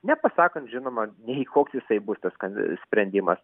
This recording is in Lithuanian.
nepasakant žinoma nei koks jisai bus tas kandi sprendimas